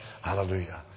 Hallelujah